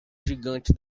gigante